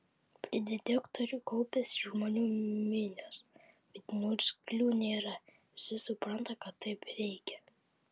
prie detektorių kaupiasi žmonių minios bet niurzglių nėra visi supranta kad taip reikia